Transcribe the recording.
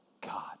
God